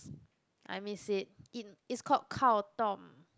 I miss it it it's called Kao-Tom